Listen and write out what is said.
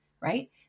right